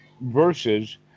Versus